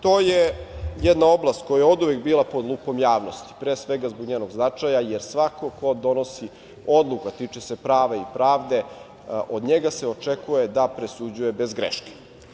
To je jedna oblast koja je oduvek bila pod lupom javnosti, pre svega zbog njenog značaja, jer svako ko donosi odluku a tiče se prava i pravde, od njega se očekuje da presuđuje bez greške.